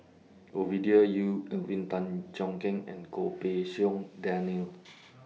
Ovidia Yu Alvin Tan Cheong Kheng and Goh Pei Siong Daniel